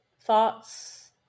thoughts